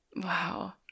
Wow